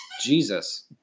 Jesus